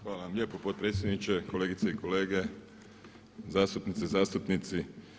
Hvala vam lijepo potpredsjedniče, kolegice i kolege zastupnice i zastupnici.